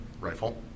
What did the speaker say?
rifle